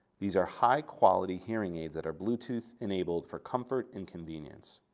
these are high quality hearing aids that are bluetooth enabled for comfort and convenience.